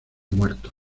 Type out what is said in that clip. muertos